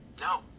No